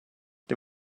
det